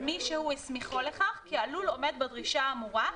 מי שהוא הסמיכו לכך כי הלול עומד בדרישה האמורה,